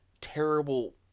terrible